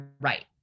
right